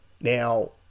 Now